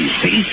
see